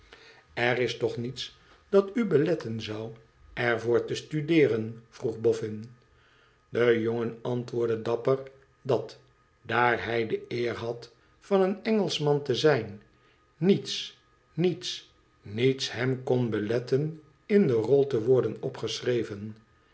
er is toch niets dat u beletten zou er voor te studeeren vroeg boffin de jongen antwoordde dapper dat daar hij de eer had van een engelschman te zijn niets niets niets hem kon beletten in de rol te wor den opgeschreven